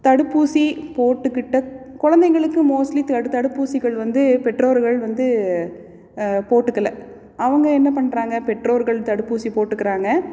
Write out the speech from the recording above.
தடுப்பூசி போட்டுக்கிட்ட குழந்தைகளுக்கு மோஸ்ட்லி தடு தடுப்பூசிகள் வந்து பெற்றோர்கள் வந்து போட்டுக்கலை அவங்க என்ன பண்றாங்க பெற்றோர்கள் தடுப்பூசி போட்டுக்கிறாங்க